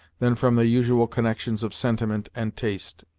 than from the usual connections of sentiment and taste.